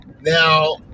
now